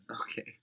Okay